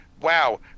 wow